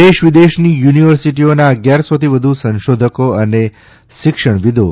દેશ વિદેશની યુનિવર્સિટીઓના અગિયારસોથી વધુ સંશોધકો અને શિક્ષણવિદો